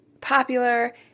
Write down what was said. popular